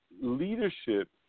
leadership